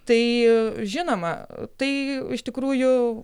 tai žinoma tai iš tikrųjų